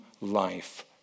life